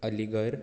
Aligarh